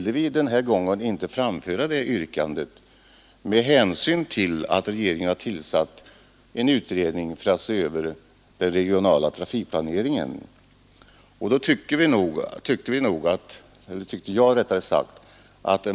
Denna gång ville vi inte framföra det yrkandet med hänsyn till att sla med den regionala regeringen har tillsatt en utredning för att sy trafikplaneringen.